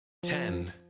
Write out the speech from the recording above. Ten